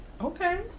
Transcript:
Okay